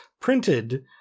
printed